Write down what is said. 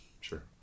Sure